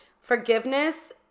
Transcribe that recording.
forgiveness